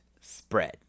spread